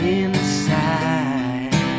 inside